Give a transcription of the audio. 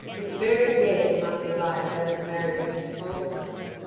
this very day shall not go by without the marriage being solemnised.